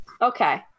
Okay